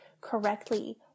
correctly